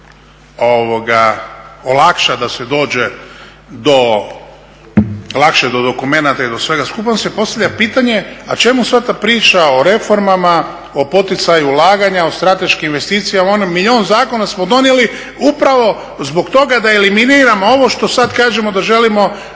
olakšati da se dođe lakše do dokumenata i do svega skupa onda se postavlja pitanje a čemu sva ta priča o reformama, o poticaju ulaganja, o strateškim investicijama, ono milijun zakona smo donijeli upravo zbog toga da eliminiramo ovo što sada kažemo da želimo posebno